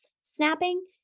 snapping